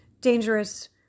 dangerous